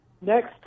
Next